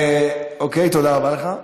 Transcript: אוקיי, תודה רבה לך.